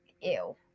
ew